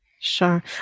Sure